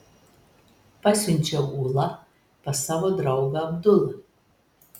pasiunčiau ulą pas savo draugą abdulą